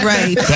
Right